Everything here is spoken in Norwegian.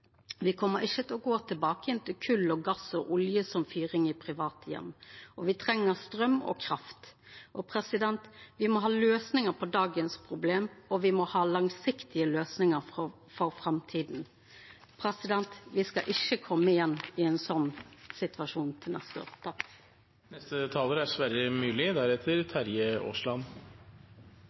ikkje til å gå tilbake til kol, gass og olje som fyring i private heimar, og me treng straum og kraft. Me må ha løysingar på dagens problem, og me må ha langsiktige løysingar for framtida. Me skal ikkje koma i ein slik situasjon igjen til neste år. Noe denne debatten og andre energidebatter har vist, er